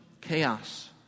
chaos